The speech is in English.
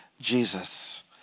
Jesus